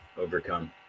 overcome